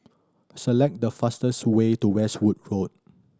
select the fastest way to Westwood Road